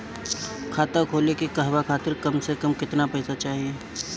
खाता खोले के कहवा खातिर कम से कम केतना पइसा चाहीं?